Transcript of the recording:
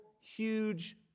huge